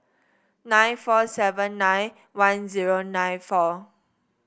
nine four seven nine one zero nine four